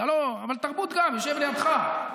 אבל תרבות יושב לידך.